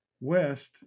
West